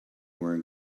wearing